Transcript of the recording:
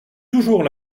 toujours